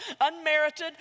unmerited